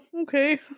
okay